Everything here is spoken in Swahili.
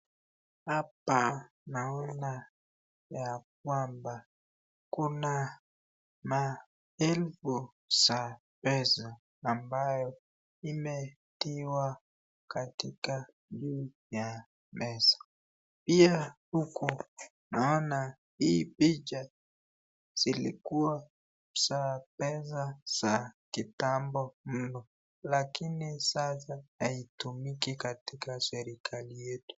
Hapa naona ya kwamba kuna maelfu ya pesa ambayo imetiwa katika juu ya meza. Pia huku naona hii picha zilikuwa za pesa za kitambo mno lakini sasa haitumiki katika serekali yetu.